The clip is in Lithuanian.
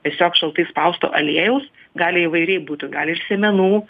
tiesiog šaltai spausto aliejaus gali įvairiai būti gali ir sėmenų